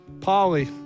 Polly